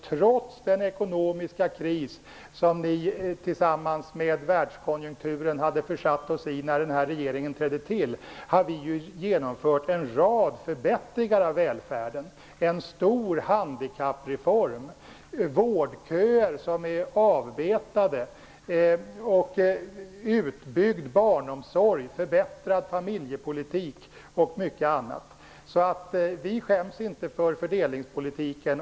Trots den ekonomiska kris som ni tillsammans med världskonjunkturen hade försatt oss i när denna regering trädde till, har vi genomfört en rad förbättringar av välfärden: en stor handikappreform, vårdköer som är avbetade, utbyggnad av barnomsorgen, förbättrad familjepolitik och mycket annat. Vi skäms inte för fördelningspolitiken.